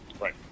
right